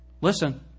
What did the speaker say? listen